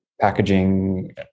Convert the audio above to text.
packaging